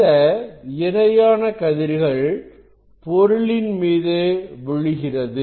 இந்த இணையான கதிர்கள் பொருளின் மீது விழுகிறது